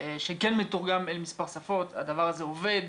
שזה כן מתורגם למספר שפות, הדבר הזה עובד,